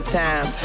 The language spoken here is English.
time